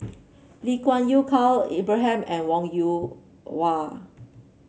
Lee Kuan Yew Khalil Ibrahim and Wong Yoon Wah